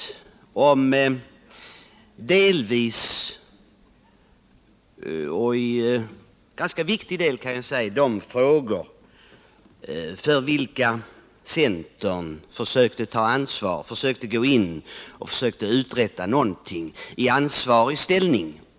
Det gäller delvis — och i ganska viktiga avseenden — de frågor för vilka centern försökte ta ansvar och uträtta någonting i ansvarig ställning.